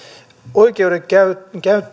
oikeudenkäyttöön